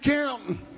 counting